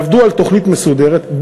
יעבדו על תוכנית מסודרת,